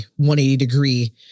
180-degree